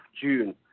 June